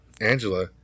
Angela